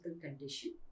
condition